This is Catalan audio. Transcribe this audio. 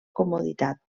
comoditat